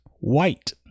White